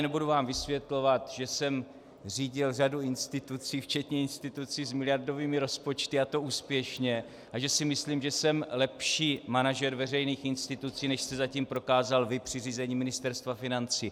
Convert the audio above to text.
Nebudu vám tady vysvětlovat, že jsem řídil řadu institucí, včetně institucí s miliardovými rozpočty, a to úspěšně, a že si myslím, že jsem lepší manažer veřejných institucí, než jste zatím prokázal vy při řízení Ministerstva financí.